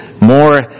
more